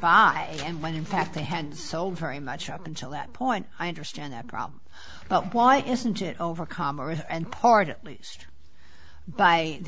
buy and when in fact they had sold very much up until that point i understand that problem but why isn't it over commerce and part at least by the